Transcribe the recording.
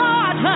God